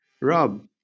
Rob